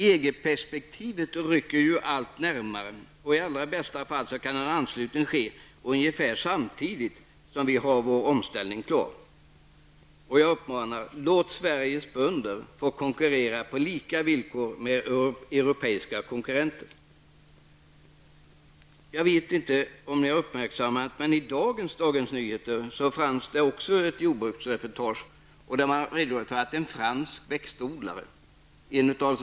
EG-perspektivet rycker ju allt närmare, och i allra bästa fall kan en anslutning ske ungefär samtidigt som vår omställning blir klar. Min maning blir: Låt Sveriges bönder konkurrera på lika villkor med europeiska konkurrenter! I dagens nummer av Dagens Nyheter finns ett jordbruksreportage, där man redogör för en fransk veteodlares förhållanden.